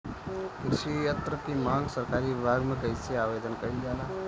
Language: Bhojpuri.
कृषि यत्र की मांग सरकरी विभाग में कइसे आवेदन कइल जाला?